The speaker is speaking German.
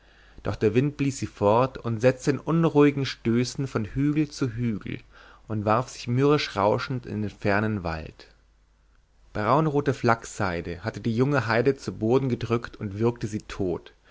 doch der wind blies sie fort und setzte in unruhigen stößen von hügel zu hügel und warf sich mürrisch rauschend in den fernen wald braunrote flachsseide hatte die junge heide zu boden gedrückt und würgte sie tot